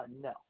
no